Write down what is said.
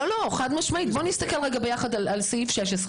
נביט רגע בסעיף 16,